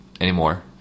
anymore